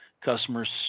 customers